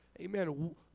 amen